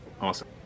Awesome